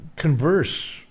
Converse